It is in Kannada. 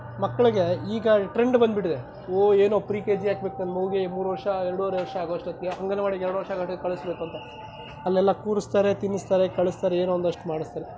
ಮಕ್ಕಳಿಗೆ ಈಗ ಟ್ರೆಂಡ್ ಬಂದುಬಿಟ್ಟಿದೆ ಓ ಏನೋ ಪ್ರಿ ಕೆ ಜಿ ಹಾಕ್ಬೇಕು ನಾನು ಹೋಗಿ ಮೂರು ವರ್ಷ ಎರಡುವರೆ ವರ್ಷ ಆಗೋ ಅಷ್ಟೊತ್ತಿಗೆ ಅಂಗನವಾಡಿ ಎರಡು ವರ್ಷ ಕಳಿಸಬೇಕಂತ ಅಲ್ಲೆಲ್ಲ ಕೂರಿಸ್ತಾರೆ ತಿನ್ನಿಸ್ತಾರೆ ಕಳಿಸ್ತಾರೆ ಏನೋ ಒಂದಷ್ಟು ಮಾಡಿಸ್ತಾರೆ